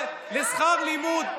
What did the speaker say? בשכר לימוד.